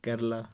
Kerala